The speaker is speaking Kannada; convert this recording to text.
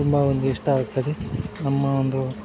ತುಂಬ ಒಂದು ಇಷ್ಟ ಆಗ್ತದೆ ನಮ್ಮ ಒಂದು